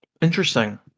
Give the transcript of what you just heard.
Interesting